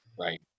Right